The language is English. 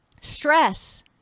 Stress